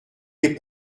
les